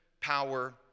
power